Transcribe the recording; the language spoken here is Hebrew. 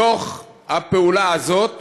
בתוך הפעולה הזאת